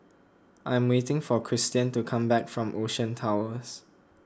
I'm waiting for Kristian to come back from Ocean Towers